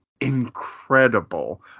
Incredible